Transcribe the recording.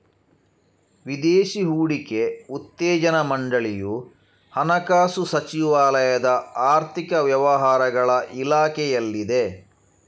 ವಿದೇಶಿ ಹೂಡಿಕೆ ಉತ್ತೇಜನಾ ಮಂಡಳಿಯು ಹಣಕಾಸು ಸಚಿವಾಲಯದ ಆರ್ಥಿಕ ವ್ಯವಹಾರಗಳ ಇಲಾಖೆಯಲ್ಲಿದೆ